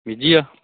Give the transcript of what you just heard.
ਬੀਜੀ ਆ